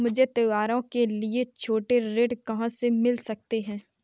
मुझे त्योहारों के लिए छोटे ऋण कहाँ से मिल सकते हैं?